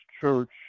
church